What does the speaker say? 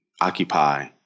occupy